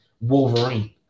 Wolverine